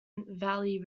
valley